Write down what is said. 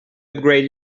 upgrade